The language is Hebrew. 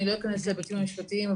אני לא אכנס להיבטים המשפטיים,